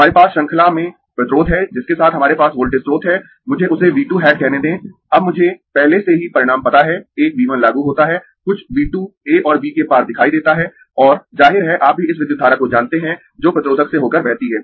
हमारे पास श्रृंखला में प्रतिरोध है जिसके साथ हमारे पास वोल्टेज स्रोत है मुझे उसे V 2 हैट कहने दें अब मुझे पहले से ही परिणाम पता है एक V 1 लागू होता है कुछ V 2 a और b के पार दिखाई देता है और जाहिर है आप भी इस विद्युत धारा को जानते है जो प्रतिरोधक से होकर बहती है